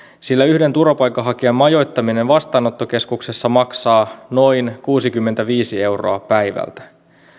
sillä yhden turvapaikanhakijan majoittaminen vastaanottokeskuksessa maksaa noin kuusikymmentäviisi euroa päivältä